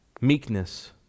Meekness